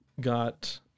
got